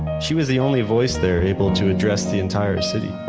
she was the only voice there able to address the entire city,